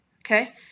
okay